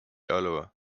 oliver